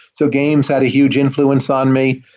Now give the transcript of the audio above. so games had a huge influence on me.